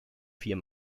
vier